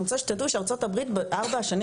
אני רוצה שתדעו שארצות הברית בארבע השנים